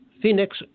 Phoenix